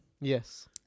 Yes